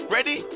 Ready